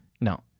no